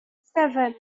seven